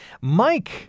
Mike